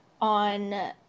on